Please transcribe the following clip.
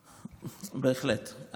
בהחלט.